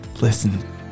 Listen